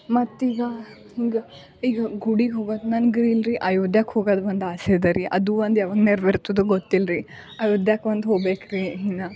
ಮತ್ತೆ ಈಗ ಹಿಂಗ ಈಗ ಗುಡಿಗೆ ಹೋಗೋದು ನಂಗೆ ರಿ ಇಲ್ರಿ ಅಯೋಧ್ಯೆಗೆ ಹೋಗೋದು ಒಂದು ಆಸೆ ಇದೆ ರಿ ಅದು ಒಂದು ಯಾವಾಗ ನೆರವೇರ್ತದೋ ಗೊತ್ತಿಲ್ರಿ ಅಯೋಧ್ಯೆಗೆ ಒಂದು ಹೋಬೇಕು ರಿ ಇನ್ನ